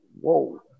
whoa